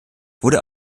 wurde